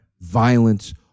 violence